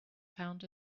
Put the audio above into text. pound